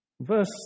Verse